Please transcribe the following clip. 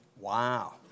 Wow